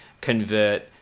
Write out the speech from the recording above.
convert